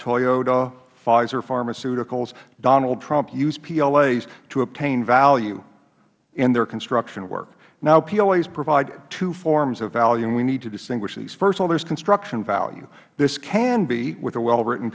toyota pfizer pharmaceuticals donald trump used plas to obtain value in their construction work now plas provide two forms of value we need to distinguish these first of all there is construction value this can be with a well written